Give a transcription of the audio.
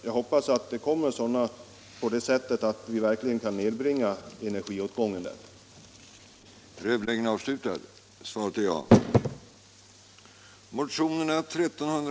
Jag hoppas att dessa föreskrifter blir sådana att vi verkligen kan nedbringa energiåtgången i fritidshusen.